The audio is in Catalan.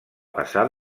passar